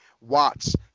Watts